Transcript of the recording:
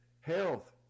Health